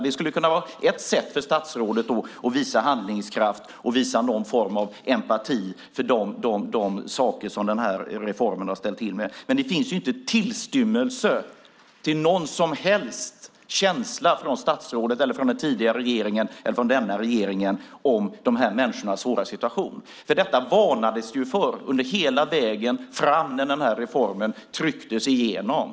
Det skulle kunna vara ett sätt för statsrådet att visa handlingskraft och visa någon form av empati när det gäller de saker som denna reform har ställt till med. Men det finns inte tillstymmelse till någon som helst känsla från statsrådet, från den tidigare regeringen eller från denna regering för dessa människors svåra situation. Det varnades för detta under hela vägen fram till att denna reform trycktes igenom.